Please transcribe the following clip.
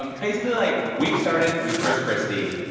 um basically, like, week started with chris christie.